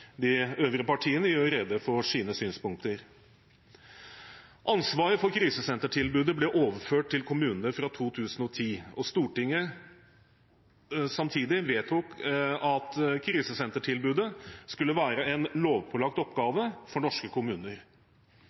De øvrige partiene gjør rede for sine synspunkter. Ansvaret for krisesentertilbudet ble overført til kommunene fra 2010, og Stortinget vedtok samtidig at krisesentertilbudet skulle være en lovpålagt oppgave for norske kommuner.